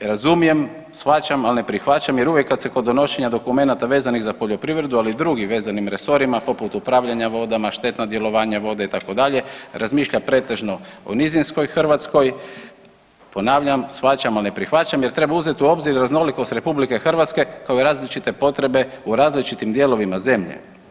razumijem, shvaćam, ali ne prihvaćam jer uvijek kad se kod donošenja dokumenata vezanih za poljoprivredu, ali i drugim vezanim resorima, poput upravljanja vodama, štetno djelovanje vode, itd., razmišlja pretežno o nizinskoj Hrvatskoj, ponavljam, shvaćam, ali ne prihvaćam jer treba uzeti u obzir raznolikost RH, kao i različite potrebe u različitim dijelovima zemlje.